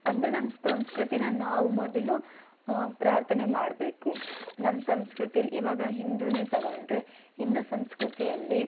ಅಂದರೆ ನಮ್ಮ ಸಂಸ್ಕೃತಿನ ನಾವು ಮೊದಲು ಪ್ರಾರ್ಥನೆ ಮಾಡಬೇಕು ನಮ್ಮ ಸಂಸ್ಕೃತಿಯಲ್ಲಿ ಇವಾಗ ಹಿಂದೂನೇ ತೊಗೊಂಡರೆ ಹಿಂದೂ ಸಂಸ್ಕೃತಿಯಲ್ಲಿ